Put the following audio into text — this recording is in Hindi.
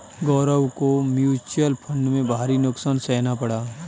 गौरव को म्यूचुअल फंड में भारी नुकसान सहना पड़ा